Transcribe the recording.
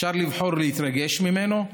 אפשר לבחור להתרגש ממנו,